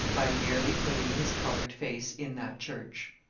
by merely putting his coloured face in that church.